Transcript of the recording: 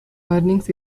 earnings